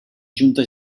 junta